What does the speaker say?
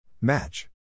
Match